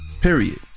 Period